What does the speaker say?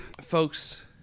Folks